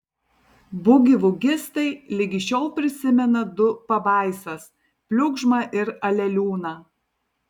bugivugistai ligi šiol prisimena du pabaisas pliugžmą ir aleliūną